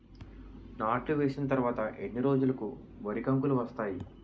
నాట్లు వేసిన తర్వాత ఎన్ని రోజులకు వరి కంకులు వస్తాయి?